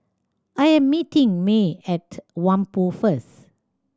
I am meeting Mae at Whampoa first